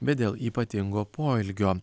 bet dėl ypatingo poelgio